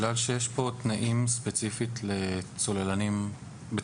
אם החוק מתיר תנאים מסוימים לצלילה,